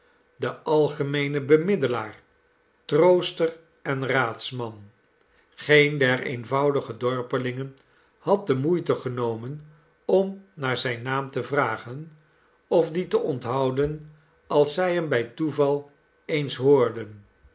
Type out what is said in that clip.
de algemeene bemiddelaar trooster en raadsman geen der eenvoudige dorpelingen had de moeite genomen om naar zijn naam te vragen of dien te onthouden als zij hem by toeval eens hoorden